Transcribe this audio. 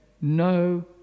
no